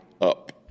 up